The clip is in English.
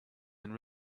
and